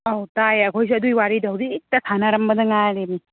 ꯑꯥꯎ ꯇꯥꯏꯌꯦ ꯑꯩꯈꯣꯏꯁꯨ ꯑꯗꯨꯏ ꯋꯥꯔꯤꯗꯣ ꯍꯧꯖꯤꯛꯇ ꯁꯥꯟꯅꯔꯝꯕꯗ ꯉꯥꯏꯔꯤꯕꯅꯤ